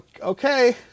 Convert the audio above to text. okay